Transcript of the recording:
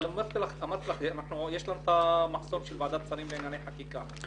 אמרתי שיש את המחסום של ועדת השרים לענייני חקיקה.